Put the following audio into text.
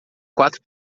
quatro